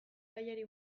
gaiari